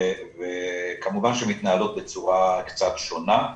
וכמובן שהן מתנהלות בצורה קצת שונה,